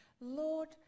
Lord